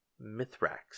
Mithrax